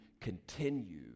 continue